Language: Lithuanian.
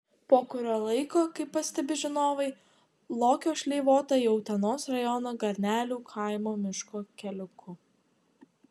po kurio laiko kaip pastebi žinovai lokio šleivota jau utenos rajono garnelių kaimo miško keliuku